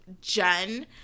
Jen